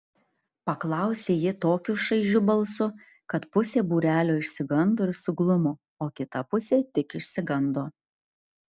paklausė ji tokiu šaižiu balsu kad pusė būrelio išsigando ir suglumo o kita pusė tik išsigando